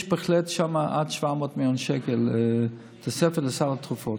יש שם בהחלט עד 700 מיליון שקל תוספת לסל התרופות.